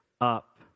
up